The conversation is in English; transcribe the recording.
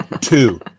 Two